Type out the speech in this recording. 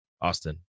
Austin